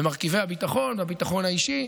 ומרכיבי הביטחון והביטחון האישי,